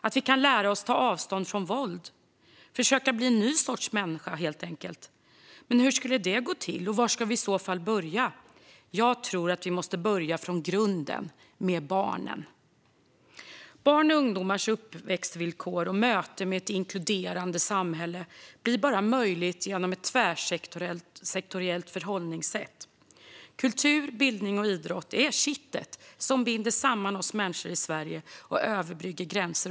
Att vi kan lära oss ta avstånd från våld? Försöka bli en ny sorts människor, helt enkelt. Men hur skulle det gå till, och var skall vi i så fall börja? Jag tror att vi måste börja från grunden. Med barnen." Barns och ungdomars uppväxtvillkor och möte med ett inkluderande samhälle blir bara möjligt genom ett tvärsektoriellt förhållningssätt. Kultur, bildning och idrott är kittet som binder samman oss människor i Sverige och som överbryggar gränser.